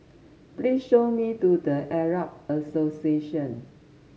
please show me to The Arab Association